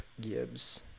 Gibbs